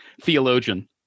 Theologian